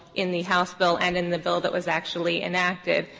in the house bill, and in the bill that was actually enacted,